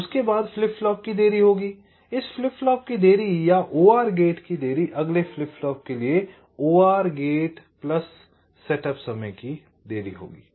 तो उसके बाद फ्लिप फ्लॉप की देरी होगी इस फ्लिप फ्लॉप की देरी या OR गेट की देरी अगले फ्लिप फ्लॉप के लिए OR गेट सेटअप समय की देरी होगी